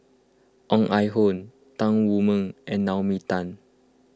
Ong Ah Hoi Tan Wu Meng and Naomi Tan